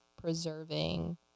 preserving